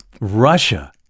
Russia